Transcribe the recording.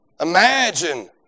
Imagine